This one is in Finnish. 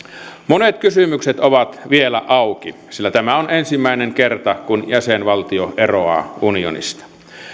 monet kysymykset ovat vielä auki sillä tämä on ensimmäinen kerta kun jäsenvaltio eroaa unionista